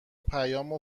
پیامو